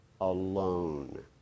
alone